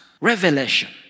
Revelation